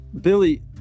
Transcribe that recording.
Billy